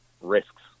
risks